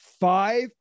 five